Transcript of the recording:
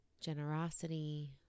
generosity